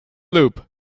loop